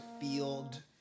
field